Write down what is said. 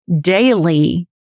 daily